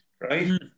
right